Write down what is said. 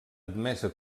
admesa